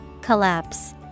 Collapse